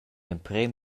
emprem